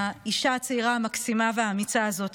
האישה הצעירה המקסימה והאמיצה הזו,